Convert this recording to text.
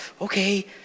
okay